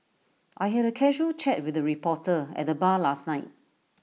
I had A casual chat with the reporter at the bar last night